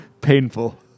painful